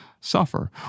Suffer